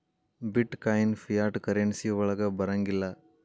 ಬಿಟ್ coin fiat currency ವಳಗ್ ಬರಂಗಿಲ್ಲಾ